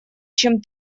чем